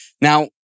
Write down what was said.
Now